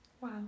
Wow